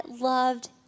loved